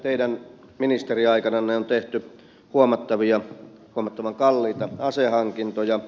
teidän ministeriaikananne on tehty huomattavan kalliita asehankintoja